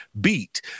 beat